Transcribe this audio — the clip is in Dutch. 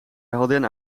heldin